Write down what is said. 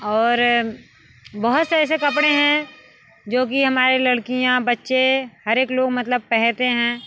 और बहुत से ऐसे कपड़े हैं जो कि हमारे लड़कियाँ बच्चे हर एक लोग मतलब पहनते हैं